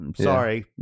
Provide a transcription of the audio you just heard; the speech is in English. sorry